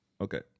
Okay